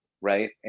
right